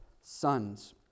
sons